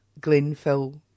Glenfell